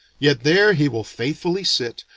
yet there he will faithfully sit,